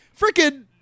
freaking